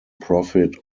profit